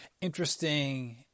interesting